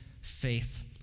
faith